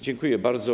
Dziękuję bardzo.